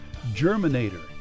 Germinator